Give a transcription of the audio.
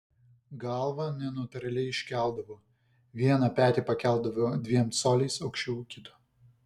galvą nenatūraliai iškeldavo vieną petį pakeldavo dviem coliais aukščiau kito